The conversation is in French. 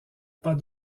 pas